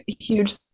huge